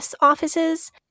offices